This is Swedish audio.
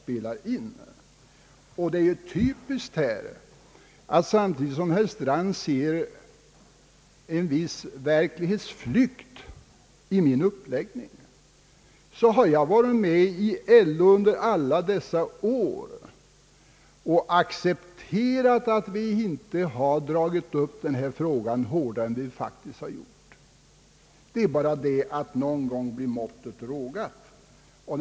Det är typiskt för herr Strands sätt att resonera att samtidigt som han ser en viss verklighetsflykt i min uppläggning tänker han inte på att jag varit med i LO under många år och där accepterat att vi inte arbetat hårdare för denna fråga än vi faktiskt gjort. Men någon gång blir måttet rågat.